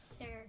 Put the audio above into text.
Sure